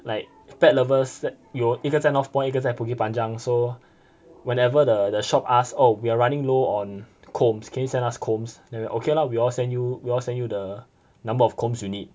like Pet Lovers 有一个在 northpoint 一个在 bukit panjang so whenever the the shop ask oh we are running low on combs can you send us combs then we okay lah we all we all send you the number of combs you need